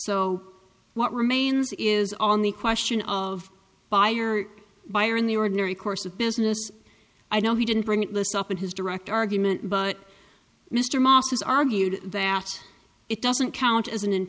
so what remains is on the question of buyer buyer in the ordinary course of business i know he didn't bring it up in his direct argument but mr moss has argued that it doesn't count as an